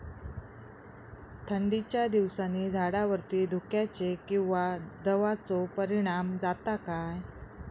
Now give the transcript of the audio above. थंडीच्या दिवसानी झाडावरती धुक्याचे किंवा दवाचो परिणाम जाता काय?